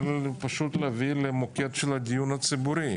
להביא למוקד הדיון הציבורי.